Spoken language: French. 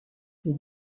les